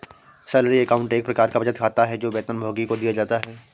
salary account एक प्रकार का बचत खाता है, जो वेतनभोगी को दिया जाता है